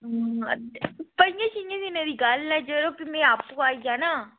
पंजें छें दिनें दी गल्ल ऐ यरो फ्ही में आपूं आई जाना